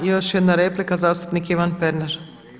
I još jedna replika, zastupnik Ivan Pernar.